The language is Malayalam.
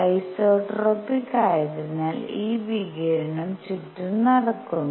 ഐസോട്രോപിക് ആയതിനാൽ ഈ വികിരണം ചുറ്റും നടക്കുന്നു